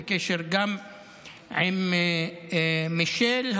בקשר גם עם מישל,